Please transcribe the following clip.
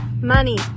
money